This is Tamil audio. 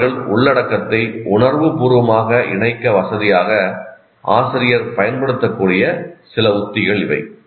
மாணவர்கள் உள்ளடக்கத்தை உணர்வுபூர்வமாக இணைக்க வசதியாக ஆசிரியர் பயன்படுத்தக்கூடிய சில உத்திகள் இவை